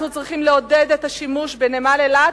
אנחנו צריכים לעודד את השימוש בנמל אילת